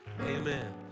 Amen